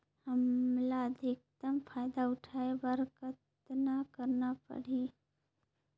हमला अधिकतम फायदा उठाय बर कतना करना परही?